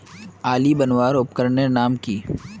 आली बनवार उपकरनेर नाम की?